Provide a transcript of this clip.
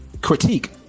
critique